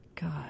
God